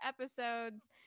episodes